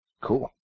cool